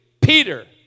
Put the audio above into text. Peter